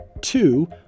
Two